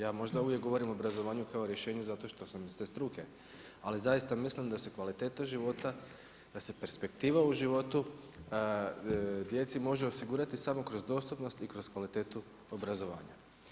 Ja možda uvijek govorim o obrazovanju kao rješenju zato što sam iz te struke ali zaista mislim da se kvaliteta života, da se perspektiva u životu djeci može osigurati samo kroz dostupnost i kroz kvalitetu obrazovanja.